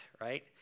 right